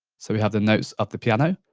so we have the notes of the piano